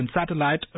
Satellite